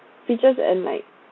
features and like